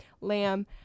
lamb